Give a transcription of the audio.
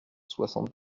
soixante